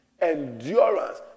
endurance